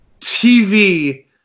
TV